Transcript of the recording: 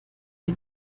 wir